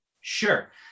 Sure